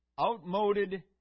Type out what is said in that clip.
outmoded